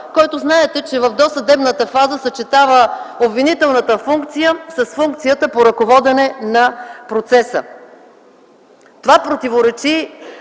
че прокурорът в досъдебната фаза съчетава обвинителната функция с функцията по ръководене на процеса. Тази идея противоречи